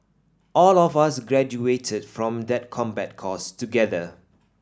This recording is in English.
all of us graduated from that combat course together